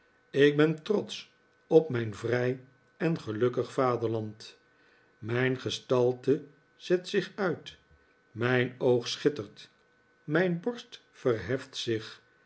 ik ben trotsch op mijn vrij en gelukkig vaderland mijn gestalte zet zich uit mijn oog schittert mijn borst verheft zich